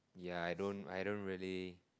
yeah I don't I don't really